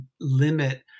limit